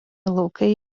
laukai